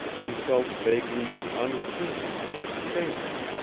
he felt vaguely unclean shamed.